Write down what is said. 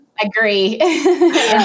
agree